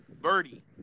Birdie